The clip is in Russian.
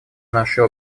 нашей